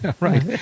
right